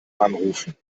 anrufen